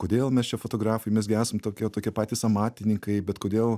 kodėl mes čia fotografai mes gi esam tokie tokie patys amatininkai bet kodėl